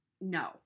no